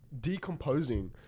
decomposing